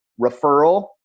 referral